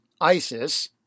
ISIS